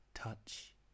Touch